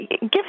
give